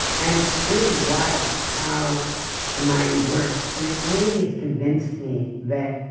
and it's really wild how the mind works, and it really is convinced me that